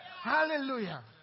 Hallelujah